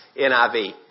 NIV